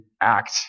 act